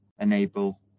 enable